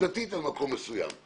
נקודתית על מקום מסוים.